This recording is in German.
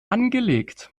angelegt